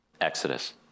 Exodus